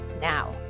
now